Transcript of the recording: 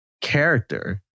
character